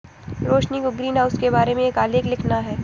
रोशिनी को ग्रीनहाउस के बारे में एक आलेख लिखना है